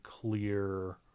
clear